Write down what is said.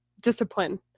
discipline